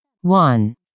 one